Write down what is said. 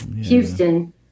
Houston